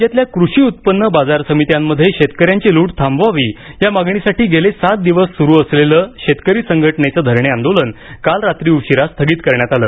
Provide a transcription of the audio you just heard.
राज्यातल्या कृषी उत्पन्न बाजार समित्यांमध्ये शेतकऱ्यांची लूट थांबवावी या मागणीसाठी गेले सात दिवस सुरू असलेले शेतकरी संघटनेचे धरणे आंदोलन काल रात्री उशिरा स्थगित करण्यात आले